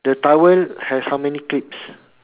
the towel has how many clips